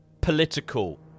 political